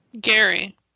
Gary